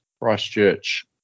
Christchurch